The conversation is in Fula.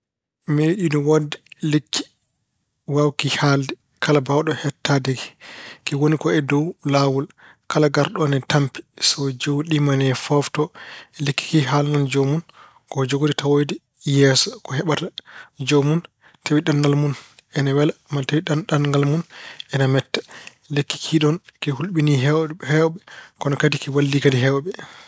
Meeɗiino woodde lekki waawki haalde kala baawɗo heɗtaade ki. Ki woni ko e dow laawol. Kala ngarɗo ina tampi. So joɗiima ina foofto, lekki haalnan joomum ko o jogori tawoyde yeeso, ko heɓata joomum, tawi ɗanngal mun ina wela ma walla tawi ɗemngal mun ina metta. Lekki ki noon ki hulɓinii yeewɓe kadi ki wallii kadi heewɓe.